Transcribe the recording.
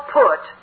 put